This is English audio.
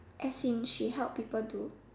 as in she help people do